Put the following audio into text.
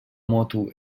moto